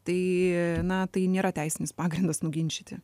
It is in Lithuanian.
tai na tai nėra teisinis pagrindas nuginčyti